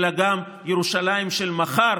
אלא גם ירושלים של מחר,